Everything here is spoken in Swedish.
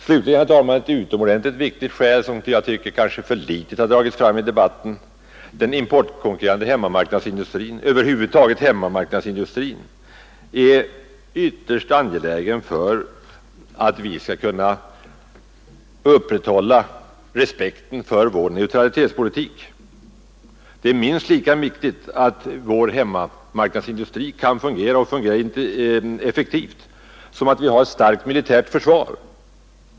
Slutligen finns det ännu ett utomordentligt viktigt skäl, som jag tycker kanske för litet har tagits fram i debatten: den importkonkurrerande hemmamarknadsindustrin — och hemmamarknadsindustrin över huvud taget — är helt nödvändig för att vi skall kunna upprätthålla respekten för vår neutralitetspolitik. Det är minst lika viktigt att vår hemmamarknadsindustri kan fungera effektivt som det är att vi har ett starkt militärt försvar.